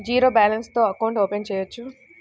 Zero balance తో account open చేయవచ్చు?